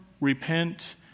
repent